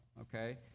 okay